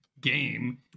game